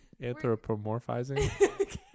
anthropomorphizing